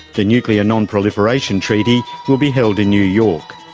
the nuclear non-proliferation treaty, will be held in new york.